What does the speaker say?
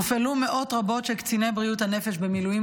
הופעלו מאות רבות של קציני בריאות הנפש במילואים